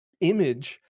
image